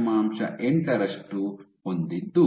8 ರಷ್ಟನ್ನು ಹೊಂದಿದ್ದು